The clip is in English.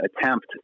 attempt